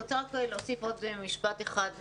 אני רוצה רק להוסיף עוד משפט אחד.